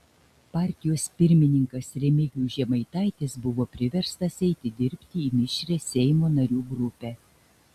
partijos pirmininkas remigijus žemaitaitis buvo priverstas eiti dirbti į mišrią seimo narių grupę